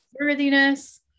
worthiness